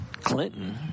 Clinton